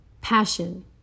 passion